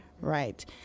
Right